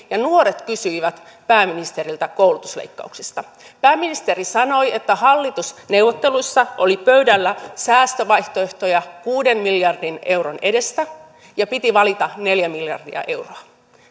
ja nuoret kysyivät pääministeriltä koulutusleikkauksista pääministeri sanoi että hallitusneuvotteluissa oli pöydällä säästövaihtoehtoja kuuden miljardin euron edestä ja piti valita neljä miljardia euroa